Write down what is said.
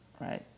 Right